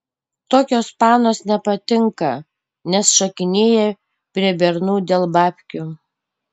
tokios panos nepatinka nes šokinėja prie bernų dėl babkių